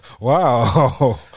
Wow